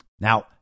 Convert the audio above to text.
Now